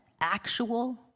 actual